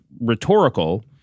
rhetorical